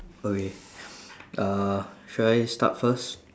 okay uh should I start first